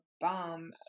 bomb